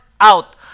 out